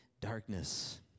darkness